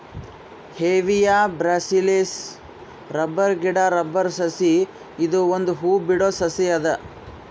Hevea brasiliensis rubber ಗಿಡಾ rubber ಸಸಿ ಇದು ಒಂದ್ ಹೂ ಬಿಡೋ ಸಸಿ ಅದ